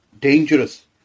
dangerous